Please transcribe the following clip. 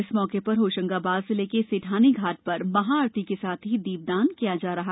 इस मौके पर होशंगाबाद जिले में सेठानी घाट में महाआरती के साथ ही दीपदान किया जाएगा